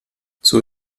zur